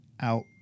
out